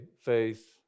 Faith